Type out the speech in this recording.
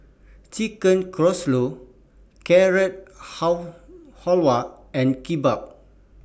Chicken Casserole Carrot How Halwa and Kimbap